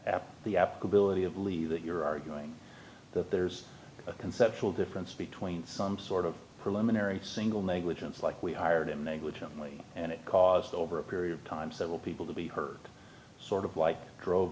of believe that you're arguing that there's a conceptual difference between some sort of preliminary single negligence like we hired him negligently and it caused over a period of time several people to be heard sort of like